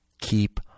Keep